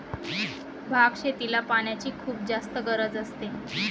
भात शेतीला पाण्याची खुप जास्त गरज असते